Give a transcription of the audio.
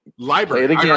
Library